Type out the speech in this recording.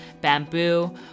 bamboo